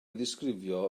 ddisgrifio